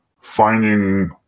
finding